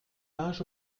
linge